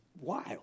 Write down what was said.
wild